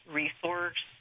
resource